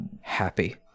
happy